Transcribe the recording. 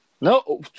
No